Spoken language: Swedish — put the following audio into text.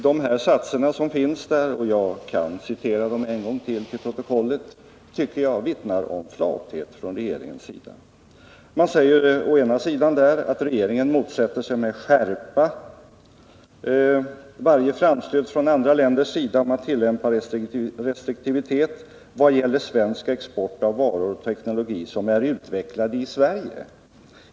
De satser som finns där — och jag kan citera dem än en gång — tycker jag vittnar om flathet från regeringens sida. Man säger: ”Regeringen motsätter sig emellertid med skärpa varje framstöt från andra länders sida om att tillämpa restriktivitet vad gäller svensk export av varor och teknologi som är utvecklad i Sverige.